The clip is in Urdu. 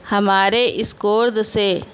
ہمارے اسکورز سے